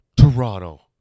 Toronto